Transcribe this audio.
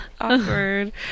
awkward